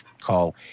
call